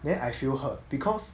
then I feel hurt because